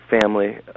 family